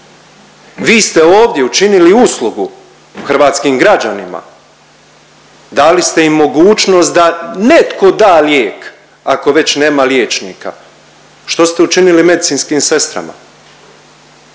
Vi ste ovdje učinili uslugu hrvatskim građanima, dali ste im mogućnost da netko da lijek, ako već nema liječnika. Što ste učinili medicinskim sestrama?